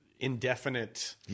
indefinite